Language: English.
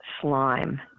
slime